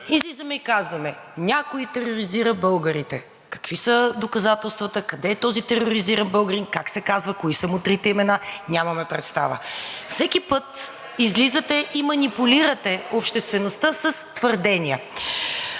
Излизаме и казваме, че някой тероризира българите. Какви са доказателствата, къде е този тероризиран българин, как се казва, кои са му трите имена – нямаме представа? (Реплики от ВЪЗРАЖДАНЕ.) Всеки път излизате и манипулирате обществеността с твърдения.